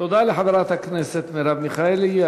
תודה לחברת הכנסת מרב מיכאלי.